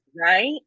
right